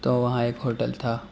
تو وہاں ایک ہوٹل تھا